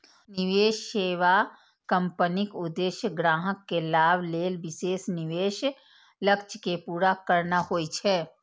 निवेश सेवा कंपनीक उद्देश्य ग्राहक के लाभ लेल विशेष निवेश लक्ष्य कें पूरा करना होइ छै